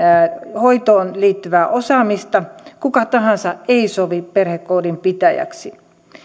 hoitoon liittyvää osaamista kuka tahansa ei sovi perhekodin pitäjäksi